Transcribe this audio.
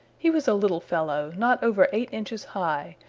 he was a little fellow, not over eight inches high,